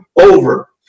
over